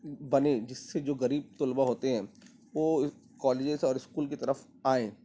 بنے جس سے جو غریب طلباء ہوتے ہیں وہ کالجز اور اسکول کی طرف آئیں